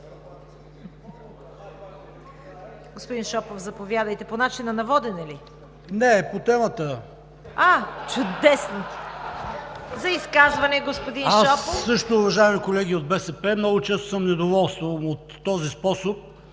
ШОПОВ: Уважаеми колеги от БСП, много често съм недоволствал от този способ